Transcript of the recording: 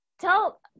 Tell